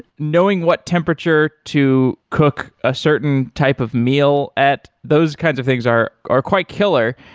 knowing what temperature to cook a certain type of meal at, those kinds of things are are quite killer.